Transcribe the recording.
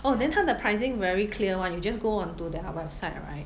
oh then 他的 pricing very clear [one] you just go onto their website right